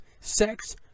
sex